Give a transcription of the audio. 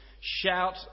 Shout